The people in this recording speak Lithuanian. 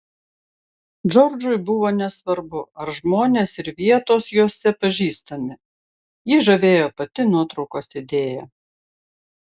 džordžui buvo nesvarbu ar žmonės ir vietos jose pažįstami jį žavėjo pati nuotraukos idėja